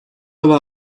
hava